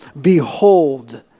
behold